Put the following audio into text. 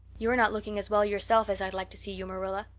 you are not looking as well yourself as i'd like to see you, marilla.